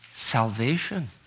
Salvation